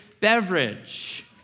beverage